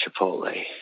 Chipotle